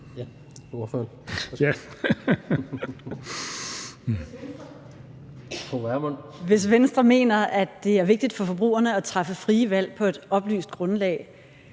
Hvis Venstre mener, at det er vigtigt for forbrugerne at træffe frie valg på et oplyst grundlag,